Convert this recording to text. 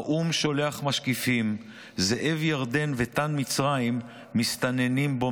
האו"ם שולח משקיפים / זאב ירדן ותן מצרים מסתננים בו,